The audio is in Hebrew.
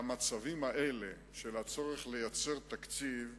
המצבים האלה, של הצורך לייצר תקציב,